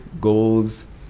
goals